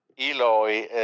Eloy